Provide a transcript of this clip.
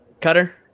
cutter